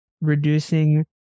reducing